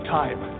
time